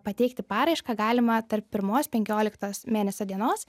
pateikti paraišką galima tarp pirmos penkioliktos mėnesio dienos